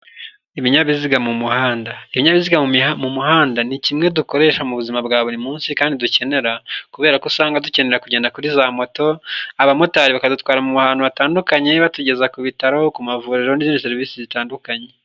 Ibinyabiziga mu muhanda, ibinyabiziga mu muhanda: ni kimwe dukoresha mu buzima bwa buri munsi kandi dukenera kubera ko usanga dukenera kugenda kuri za moto, abamotari bakadutwara mu hantu hatandukanye. Batugeza ku bitaro, ku mavuriro n'izindi serivisi zitandukanye.